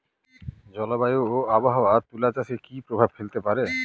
জলবায়ু ও আবহাওয়া তুলা চাষে কি প্রভাব ফেলতে পারে?